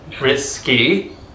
Risky